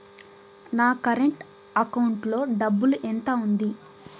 నా current account లో డబ్బులు ఎంత ఉంది?